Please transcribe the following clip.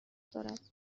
دارد